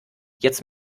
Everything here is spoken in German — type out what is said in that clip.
jetzt